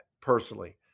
personally